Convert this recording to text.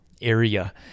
area